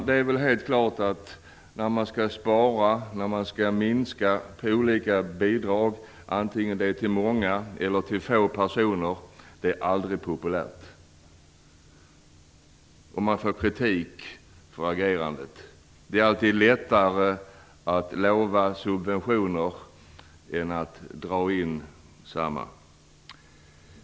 Det är helt klart att när man skall spara och minska på olika bidrag, antingen det är till många eller till få personer, är det aldrig populärt. Man får kritik för agerandet. Det är alltid lättare att lova subventioner än att dra in desamma.